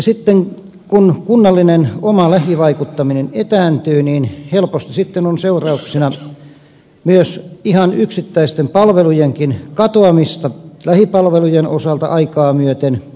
sitten kun kunnallinen oma lähivaikuttaminen etääntyy helposti on seurauksena myös ihan yksittäisten palvelujenkin katoamista lähipalvelujen osalta aikaa myöten